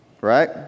Right